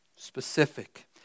Specific